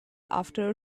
after